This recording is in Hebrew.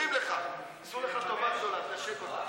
תעבור דרך יש עתיד, גפני.